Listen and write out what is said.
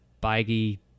baggy